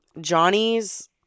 Johnny's